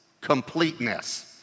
completeness